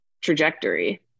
trajectory